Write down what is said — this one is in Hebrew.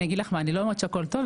אני לא אומרת שהכול טוב,